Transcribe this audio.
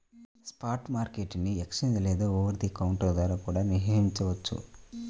spot market ని exchange లేదా over the counter ద్వారా కూడా నిర్వహించొచ్చు